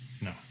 No